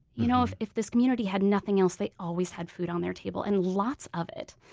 you know if if this community had nothing else, they always had food on their table, and lots of it,